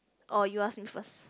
or you ask me first